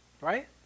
Right